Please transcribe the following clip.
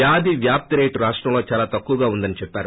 వ్యాధి వ్యాప్తి రేటు రాష్టంలో చాలా తక్కువగా ఉందని చెప్పారు